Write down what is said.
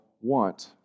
want